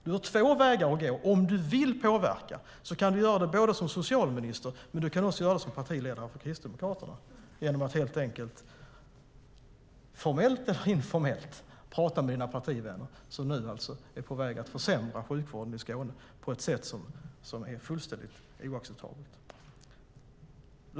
Det finns två vägar att gå om han vill påverka. Han kan göra det som både socialminister och partiledare för Kristdemokraterna. Han kan formellt eller informellt tala med sina partivänner, som nu är på väg att försämra sjukvården i Skåne på ett sätt som är fullständigt oacceptabelt.